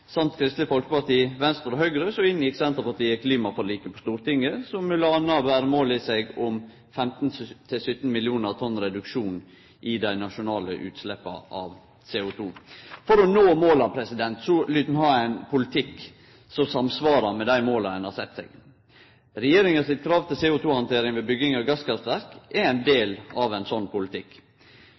Kristeleg Folkeparti, Venstre og Høgre inngjekk Senterpartiet klimaforliket på Stortinget, som m.a. ber i seg mål om 15–17 mill. tonn reduksjon i dei nasjonale utsleppa av CO2. For å nå måla lyt ein ha ein politikk som samsvarar med dei måla ein har sett seg. Regjeringa sitt krav til CO2-handtering ved bygging av gasskraftverk er ein del av ein slik politikk.